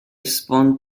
spawned